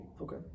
Okay